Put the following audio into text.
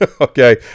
Okay